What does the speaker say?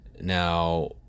Now